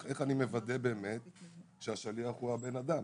איך אני מוודא שהשליח הוא הבן אדם?